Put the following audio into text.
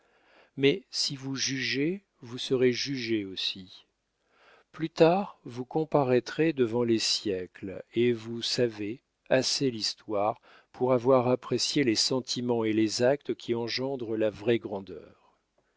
mais si vous jugez vous serez jugé aussi plus tard vous comparaîtrez devant les siècles et vous savez assez l'histoire pour avoir apprécié les sentiments et les actes qui engendrent la vraie grandeur